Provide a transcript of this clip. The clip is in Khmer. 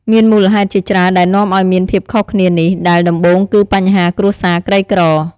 មានមូលហេតុជាច្រើនដែលនាំឲ្យមានភាពខុសគ្នានេះ ដែលដំបូងគឺបញ្ហាគ្រួសារក្រីក្រ។